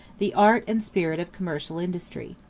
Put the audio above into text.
the art and spirit of commercial industry.